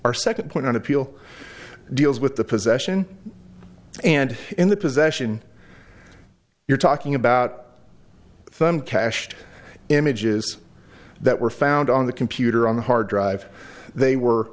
our second point on appeal deals with the possession and in the possession you're talking about thumb cached images that were found on the computer on the hard drive they were